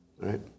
Right